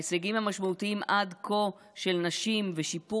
ההישגים המשמעותיים עד כה של נשים ושיפור